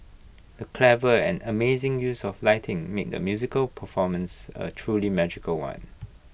the clever and amazing use of lighting made the musical performance A truly magical one